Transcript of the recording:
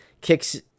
kicks